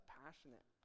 passionate